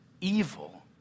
evil